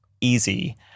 easy